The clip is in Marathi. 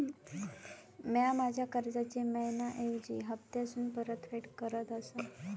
म्या माझ्या कर्जाची मैहिना ऐवजी हप्तासून परतफेड करत आसा